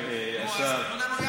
השר.